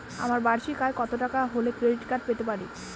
আমার বার্ষিক আয় কত টাকা হলে ক্রেডিট কার্ড পেতে পারি?